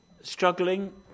struggling